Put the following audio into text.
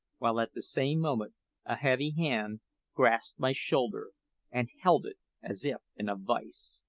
while at the same moment a heavy hand grasped my shoulder and held it as if in a vice.